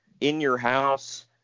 in-your-house